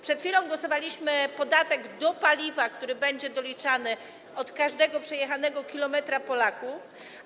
Przed chwilą głosowaliśmy nad podatkiem od paliwa, który będzie doliczany do każdego przejechanego kilometra Polaków.